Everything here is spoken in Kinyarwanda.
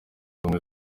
ubumwe